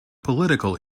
political